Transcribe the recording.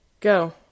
Go